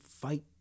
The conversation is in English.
fight